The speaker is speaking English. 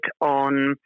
on